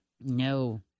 No